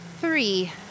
Three